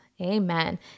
Amen